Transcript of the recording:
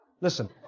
listen